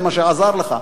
זה מה שעזר לך,